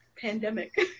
pandemic